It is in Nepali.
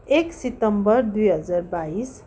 एक सितम्बर दुई हजार बाइस